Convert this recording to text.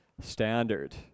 standard